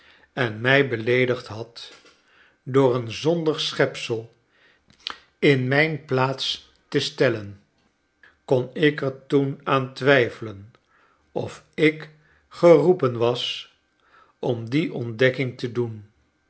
en mij beleedigd had door een zondig schepsel in mijn plaats te stellen kon ik er toen aan twijfelen of ik gero pcn was om die ontdekking te do